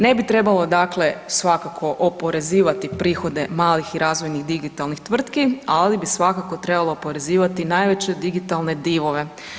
Ne bi trebalo dakle svakako oporezivati prihode malih i razvojnih digitalnih tvrtki, ali bi svakako trebalo oporezivati najveće digitalne divove.